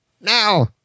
Now